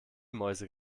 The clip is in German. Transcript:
mäuse